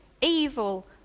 evil